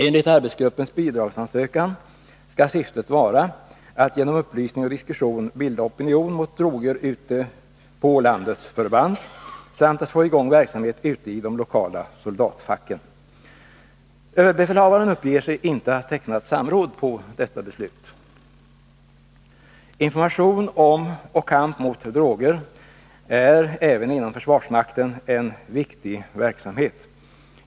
Enligt arbetsgruppens bidragsansökan skall syftet vara att genom upplysning och diskussion bilda opinion mot droger ute på landets förband samt att få i gång verksamhet ute i de lokala ”soldatfack Överbefälhavaren uppger sig inte ha tecknat samråd på detta beslut. Information om och kamp mot droger är även inom försvarsmakten en viktig verksamhet.